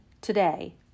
Today